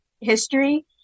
history